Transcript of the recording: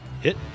Hit